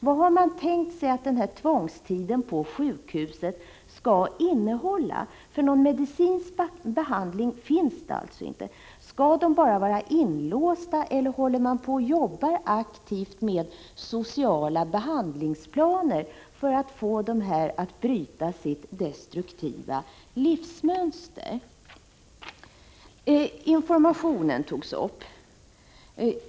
Vad har man egentligen tänkt sig att tvångstiden på sjukhus skulle innehålla? Någon medicinsk behandling finns ju inte. Skall patienterna bara vara inlåsta, eller håller man på och jobbar aktivt med sociala behandlingsplaner för att få dem att bryta sitt destruktiva livsmönster? Informationen togs upp.